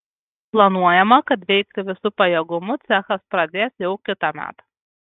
planuojama kad veikti visu pajėgumu cechas pradės jau kitąmet